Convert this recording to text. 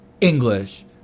English